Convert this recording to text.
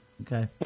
okay